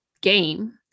game